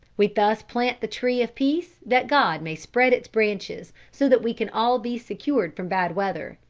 we thus plant the tree of peace, that god may spread its branches so that we can all be secured from bad weather.